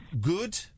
good